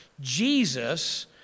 Jesus